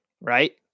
right